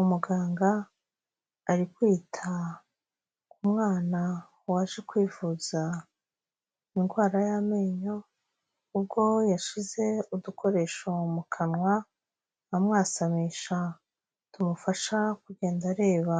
Umuganga ari kwita ku mwana waje kwivuza indwara y'amenyo, ubwo yashyize udukoresho mu kanwa amwasamisha, tumufasha kugenda areba